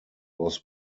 was